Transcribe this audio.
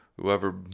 Whoever